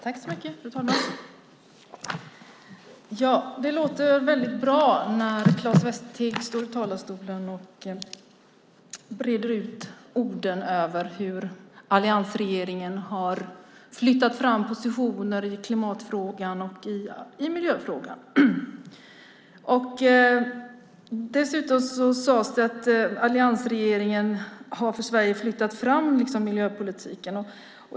Fru talman! Det låter väldigt bra när Claes Västerteg står i talarstolen och breder ut orden över hur alliansregeringen har flyttat fram positioner i klimatfrågan och i miljöfrågan. Dessutom sades det att alliansregeringen för Sveriges del har flyttat fram miljöpolitiken.